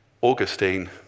Augustine